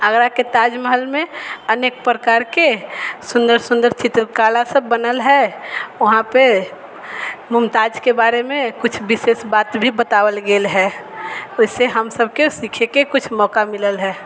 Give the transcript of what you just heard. आगराके ताजमहलमे अनेक प्रकारके सुन्दर सुन्दर चित्रकला सब बनल हइ वहाँ पे मुमताज़के बारेमे किछु विशेष बात भी बताओल गेल हइ ओहि से हम सबके सीखैके किछु मौका मिलल हइ